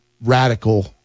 radical